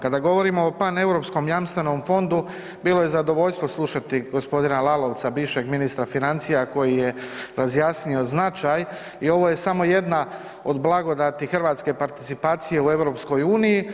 Kada govorimo o paneuropskom jamstvenom fondu, bilo je zadovoljstvo slušati g. Lalovca, bivšeg ministra financija koji je razjasnio značaj i ovo je samo jedna od blagodati hrvatske participacije u EU.